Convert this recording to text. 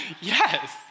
Yes